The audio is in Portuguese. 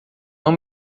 não